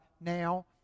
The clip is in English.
now